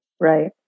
Right